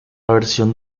versión